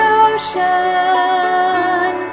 ocean